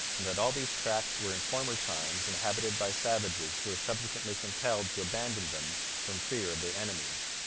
and that all these tracts were in former times inhabited by savages who were subsequently compelled to abandon them from fear of their enemies.